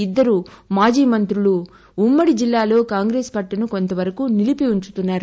ఇద్దరు మాజీ మంత్రులూ ఉమ్మడి జిల్లాలో కాంగ్రెసు పట్లును కొంతవరకు నిలిపి ఉంచుతున్నారు